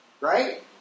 Right